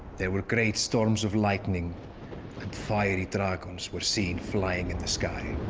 there were great storms of lightning and fiery dragons were seen flying in the sky.